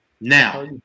Now